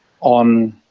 on